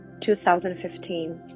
2015